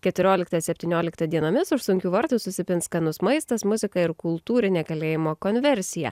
keturioliktą septynioliktą dienomis už sunkių vartų susipins skanus maistas muzika ir kultūrinė kalėjimo konversija